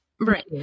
Right